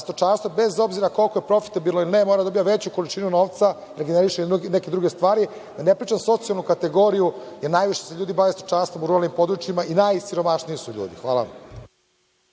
stočarstvo bez obzira koliko je profitabilno ili ne mora da dobija veću količinu novca, da generiše neke druge stvari. Da ne pričam o socijalnoj kategoriji, jer najviše se ljudi bavi stočarstvom u ruralnim područjima i najsiromašniji su ljudi. Hvala